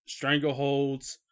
strangleholds